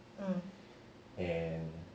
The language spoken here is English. um